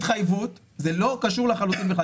זה לא קשור לחלוטין בכלל,